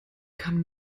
kann